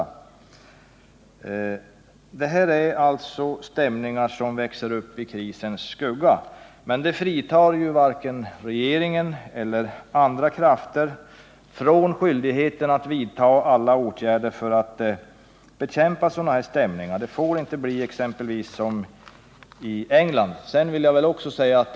De negativa attityderna är alltså stämningar som växer upp i krisens skugga, men det fritar varken regeringen eller andra krafter från skyldigheten att vidta alla tänkbara åtgärder för att bekämpa sådana här stämningar. Det får inte bli här som det exempelvis är i England.